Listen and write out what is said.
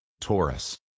Taurus